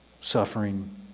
Suffering